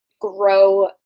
grow